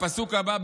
הפסוק הבא,